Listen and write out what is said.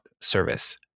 service